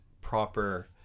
proper